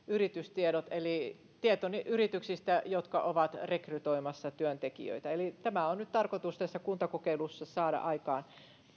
yritystiedot eli tieto yrityksistä jotka ovat rekrytoimassa työntekijöitä tämä on nyt tarkoitus tässä kuntakokeilussa saada aikaan